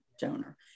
donor